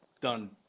done